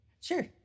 Sure